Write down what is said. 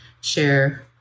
share